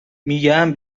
میگم